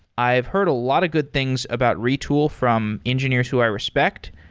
i've heard a lot of good things about retool from engineers who i respect.